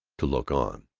to look on.